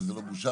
וזו לא בושה,